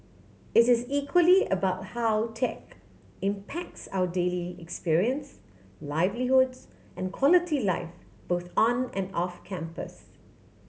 it is equally about how tech impacts our daily experience livelihoods and quality life both on and off campus